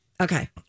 Okay